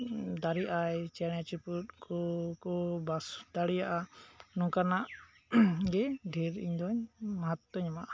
ᱫᱟᱨᱮᱜ ᱟᱭ ᱪᱮᱬᱮ ᱪᱤᱯᱨᱩᱫ ᱠᱚ ᱠᱚ ᱵᱟᱥ ᱫᱟᱲᱮᱭᱟᱜᱼᱟ ᱱᱚᱝᱠᱟᱱᱟᱜ ᱜᱮᱰᱷᱮᱨ ᱤᱧ ᱫᱚ ᱢᱚᱦᱚᱛᱛᱚᱧ ᱮᱢᱟᱜ ᱼᱟ